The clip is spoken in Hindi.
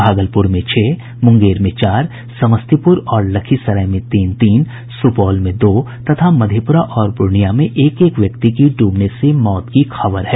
भागलपुर में छह मुंगेर में चार समस्तीपुर और लखीसराय में तीन तीन सुपौल में दो तथा मधेपुरा और पूर्णिया में एक एक व्यक्ति की ड्रबने से मौत की खबर है